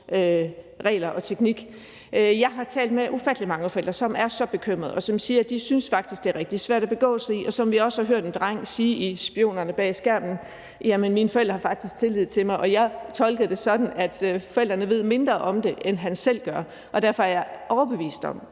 teknologi. Jeg har talt med ufattelig mange forældre, som er så bekymrede, og som siger, at det faktisk er rigtig svært at begå sig i det. Vi har også hørt en dreng sige i »Spionerne bag skærmen«: Jamen mine forældre har faktisk tillid til mig. Jeg tolker det sådan, at forældrene ved mindre om det, end han selv gør, og derfor er jeg overbevist om,